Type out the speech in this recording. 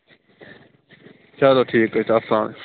چَلو ٹھیٖک حظ چھُ اسلام وعلیکُم